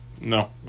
No